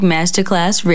Masterclass